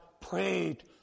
prayed